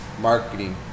marketing